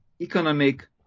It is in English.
economic